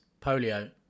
polio